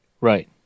Right